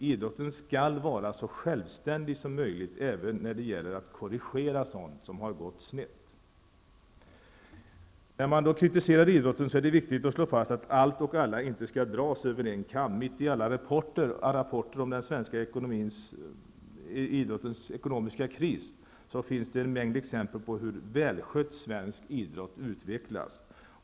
Idrotten skall vara så självständig som möjligt, även när det gäller att korrigera sådant som har gått snett. När man kritiserar idrotten är det viktigt att slå fast att allt och alla inte skall dras över en kam. Mitt i alla rapporter om den svenska idrottens ekonomiska kris finns det en mängd exempel på hur välskött svensk idrott utvecklas.